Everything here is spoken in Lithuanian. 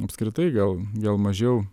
apskritai gal gal mažiau